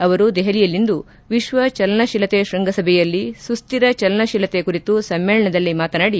ಅವರು ದೆಪಲಿಯಲ್ಲಿಂದು ವಿಶ್ವ ಚಲನತೀಲತೆ ಶೃಂಗಸಭೆಯಲ್ಲಿ ಸುಸ್ಟಿರ ಚಲನತೀಲತೆ ಕುರಿತು ಸಮ್ಮೇಳನದಲ್ಲಿ ಮಾತನಾಡಿ